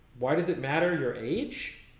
why does it mattter their age?